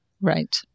Right